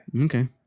Okay